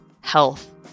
health